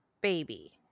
Baby